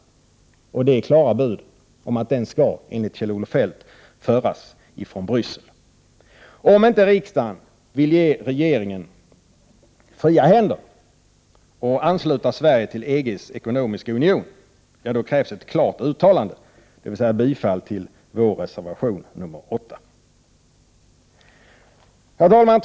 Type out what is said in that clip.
Det är enligt Kjell-Olof Feldt klara bud om att den skall föras från Bryssel. Om inte riksdagen vill ge regeringen fria händer och ansluta Sverige till EG:s ekonomiska union, då krävs ett klart uttalande, dvs. ett bifall till vår reservation nr 8. Herr talman!